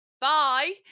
Bye